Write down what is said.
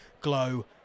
glow